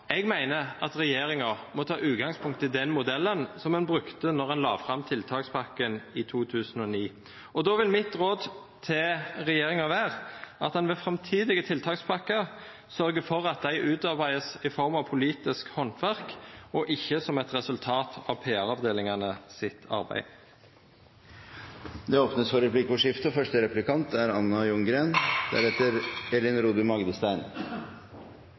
Eg meiner at regjeringa må ta utgangspunkt i den modellen som ein brukte då ein la fram tiltakspakken i 2009. Då vil mitt råd til regjeringa vera at ein ved framtidige tiltakspakkar sørgjer for at dei vert utarbeidde i form av politisk handverk, og ikkje som eit resultat av arbeid i PR-avdelingane. Det blir replikkordskifte. Det var mye man kunne være enig i i Pollestads innlegg. Det er gøy å følge representanten i sosiale medier, og